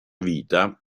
vita